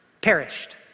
perished